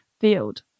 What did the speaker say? field